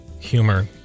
humor